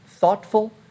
Thoughtful